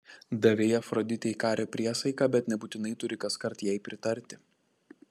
davei afroditei kario priesaiką bet nebūtinai turi kaskart jai pritarti